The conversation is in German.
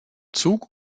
zug